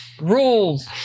Rules